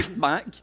back